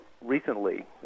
recently